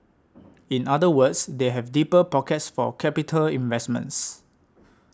in other words they have deeper pockets for capital investments